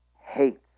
hates